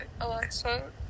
alexa